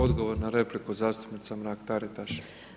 Odgovor na repliku, zastupnica Mrak Taritaš.